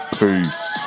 Peace